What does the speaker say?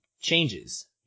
changes